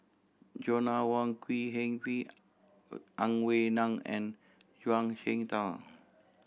Joanna Wong Quee Heng Ang Wei Neng and Zhuang Shengtao